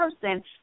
person